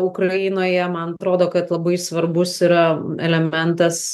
ukrainoje man atrodo kad labai svarbus yra elementas